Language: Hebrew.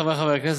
חברי חברי הכנסת,